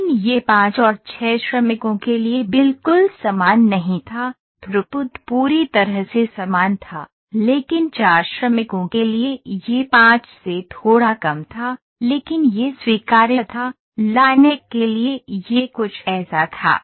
लेकिन यह 5 और 6 श्रमिकों के लिए बिल्कुल समान नहीं था थ्रूपुट पूरी तरह से समान था लेकिन 4 श्रमिकों के लिए यह 5 से थोड़ा कम था लेकिन यह स्वीकार्य था लाइन 1 के लिए यह कुछ ऐसा था